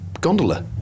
gondola